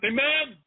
Amen